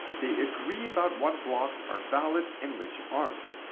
they agree about what blocks are valid and which aren't.